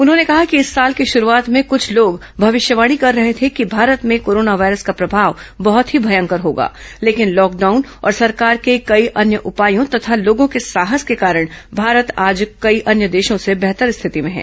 उन्होंने कहा कि इस साल की शरूआत में कुछ लोग भविष्यवाणी कर रहे थे कि भारत में कोरोना वायरस का प्रभाव बहत ही भयंकर होगा र्लेकिन लॉकडाउन और सरकार के कई अन्य उपायों तथा लोगों के साहस के कारण भारत आज कई अन्य देशों से बेहतर स्थिति में है